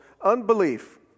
unbelief